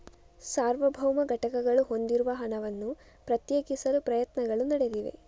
ಸಾರ್ವಭೌಮ ಘಟಕಗಳು ಹೊಂದಿರುವ ಹಣವನ್ನು ಪ್ರತ್ಯೇಕಿಸಲು ಪ್ರಯತ್ನಗಳು ನಡೆದಿವೆ